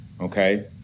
okay